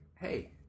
Hey